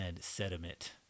sediment